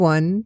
One